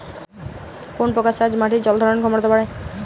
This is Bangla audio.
কোন প্রকার সার মাটির জল ধারণ ক্ষমতা বাড়ায়?